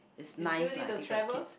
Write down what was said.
you still need to travel